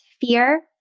fear